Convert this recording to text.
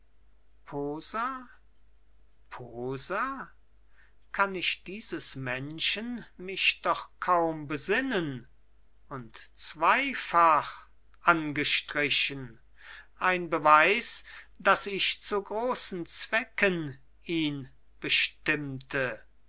posa posa kann ich dieses menschen mich doch kaum besinnen und zweifach angestrichen ein beweis daß ich zu großen zwecken ihn bestimmte